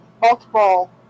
multiple